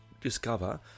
discover